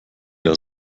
der